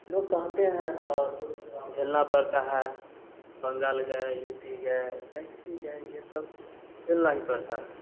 लोग कहते हैं और झेलना पड़ता है बंगाल गए यू पी गए कहीं भी गए यह सब झेलना ही पड़ता है